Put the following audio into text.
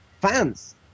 fans